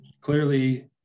clearly